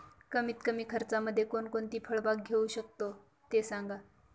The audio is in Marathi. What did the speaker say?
कमीत कमी खर्चामध्ये कोणकोणती फळबाग घेऊ शकतो ते सांगा